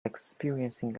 experiencing